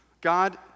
God